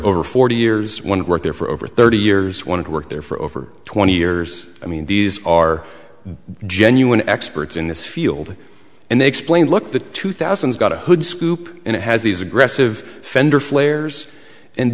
over forty years when work there for over thirty years wanted to work there for over twenty years i mean these are genuine experts in this field and they explain look the two thousand is got a good scoop and it has these aggressive fender flares and